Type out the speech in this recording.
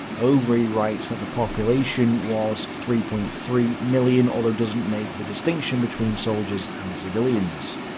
overy writes that the population was three point three million although doesn't make the distinction between soldiers and civilians.